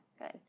good